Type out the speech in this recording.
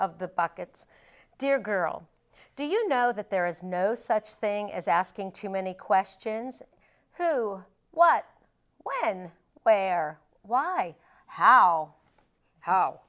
of the buckets dear girl do you know that there is no such thing as asking too many questions who what when where why how how